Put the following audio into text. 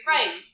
Right